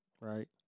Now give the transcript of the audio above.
right